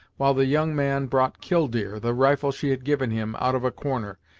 while the young man brought killdeer, the rifle she had given him, out of a corner,